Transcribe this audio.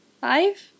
five